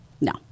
No